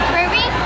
Ruby